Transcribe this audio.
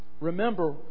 Remember